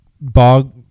bog